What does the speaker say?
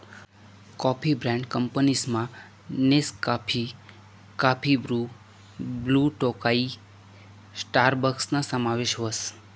coffee brand कंपनीसमा Nescafe, काफी Bru, Blue Tokai स्टारबक्सना समावेश व्हस